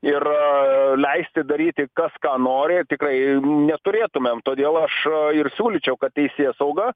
ir leisti daryti kas ką nori tikrai neturėtumėm todėl aš ir siūlyčiau kad teisėsauga